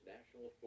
National